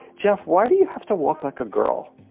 jeff, why do you have to walk like a girl?